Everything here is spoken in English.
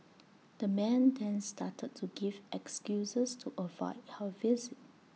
the man then started to give excuses to avoid her visit